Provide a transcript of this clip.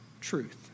truth